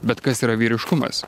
bet kas yra vyriškumas